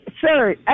sir